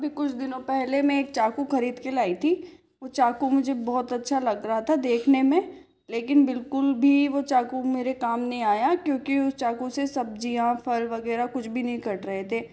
अभी कुछ दिनों पहले में एक चाकू खरीद के लाई थी वो चाकू मुझे बहुत अच्छा लग रहा था देखने में लेकिन बिल्कुल भी वो चाकू मेरे काम नहीं आया क्योंकि उस चाकू से सब्जियाँ फल वगैरह कुछ भी नहीं कट रहे थे